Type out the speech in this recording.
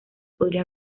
podría